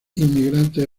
inmigrantes